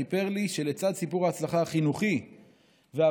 סיפר לי שלצד סיפור ההצלחה החינוכי והעבודה